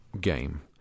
game